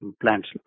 plants